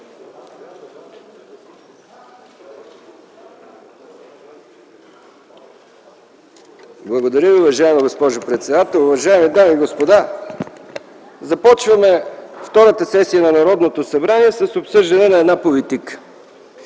Благодаря Ви, уважаема госпожо председател. Уважаеми дами и господа, започваме втората сесия на Народното събрание с обсъждане на една политика